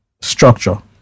structure